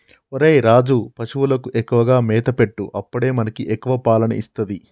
ఒరేయ్ రాజు, పశువులకు ఎక్కువగా మేత పెట్టు అప్పుడే మనకి ఎక్కువ పాలని ఇస్తది